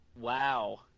Wow